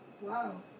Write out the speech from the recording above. wow